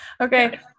Okay